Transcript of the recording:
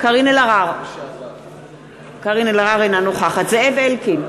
קארין אלהרר, אינה נוכחת זאב אלקין,